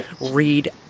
read